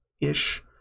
ish